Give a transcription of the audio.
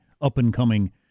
up-and-coming